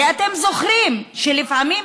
הרי אתם זוכרים שלפעמים,